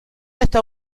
está